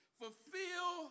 fulfill